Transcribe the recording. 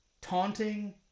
taunting